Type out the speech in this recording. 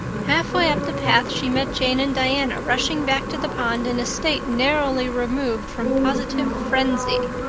halfway up the path she met jane and diana rushing back to the pond in a state narrowly removed from positive frenzy.